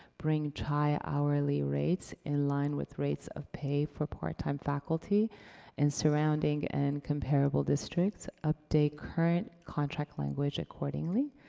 bring chi hourly rates in line with rates of pay for part-time faculty in surrounding and comparable districts. update current contract language accordingly.